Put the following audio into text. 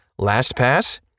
LastPass